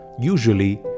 Usually